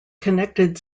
connected